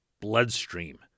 bloodstream